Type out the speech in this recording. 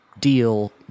deal